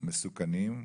יש לא פחות מסוכנים,